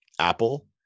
Apple